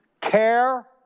care